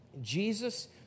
Jesus